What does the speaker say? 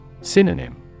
Synonym